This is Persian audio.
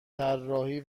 طراحی